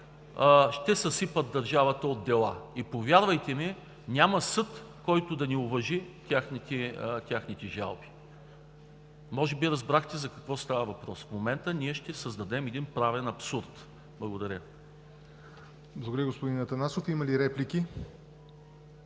ще съсипят държавата от дела и, повярвайте ми, няма съд, който да не уважи техните жалби. Може би разбрахте за какво става въпрос – в момента ние ще създадем един правен абсурд. Благодаря. ПРЕДСЕДАТЕЛ ЯВОР НОТЕВ: Благодаря, господин Атанасов. Има ли реплики?